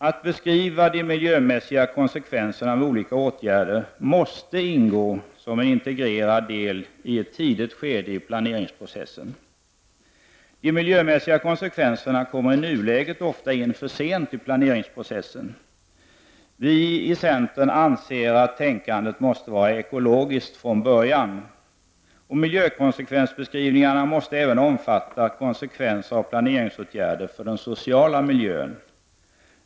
Att beskriva de miljömässiga konsekvenserna av olika åtgärder måste ingå som en integrerad del i ett tidigt skede i planeringsprocessen. De miljömässiga konsekvenserna kommer i nuläget ofta in för sent i planeringsprocessen. Vi i centern anser att tänkandet måste vara ekologiskt från början. Miljökonsekvensbeskrivningarna måste även omfatta konsekvenser av planeringsåtgärder för den sociala miljön.